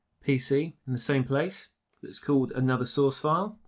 pc in the same place. it is called anothersourcefile